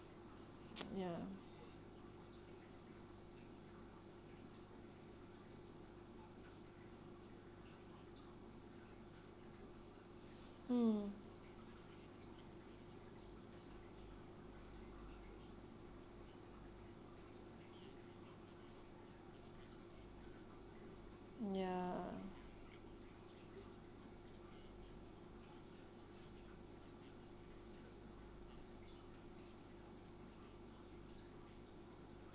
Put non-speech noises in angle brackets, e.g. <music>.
<noise> ya hmm mm ya